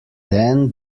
then